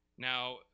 Now